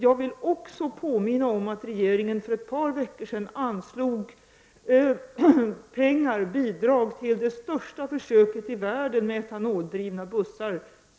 Jag vill också påminna om att regeringen för ett par veckor sedan anslog pengar till det största försöket i världen med etanoldrivna bussar.